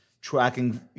tracking